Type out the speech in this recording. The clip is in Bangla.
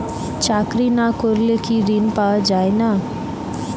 চাকরি না করলে কি ঋণ পাওয়া যায় না?